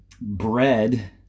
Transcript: bread